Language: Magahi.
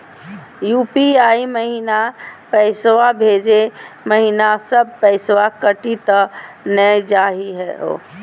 यू.पी.आई महिना पैसवा भेजै महिना सब पैसवा कटी त नै जाही हो?